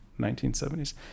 1970s